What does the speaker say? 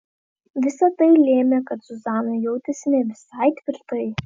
visa tai lėmė kad zuzana jautėsi ne visai tvirtai